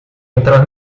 entrar